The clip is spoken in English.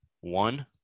One